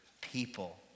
people